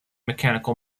mechanical